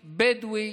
בדואי,